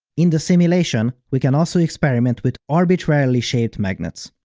in the simulation, we can also experiment with arbitrarily-shaped magnets.